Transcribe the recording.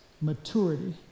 maturity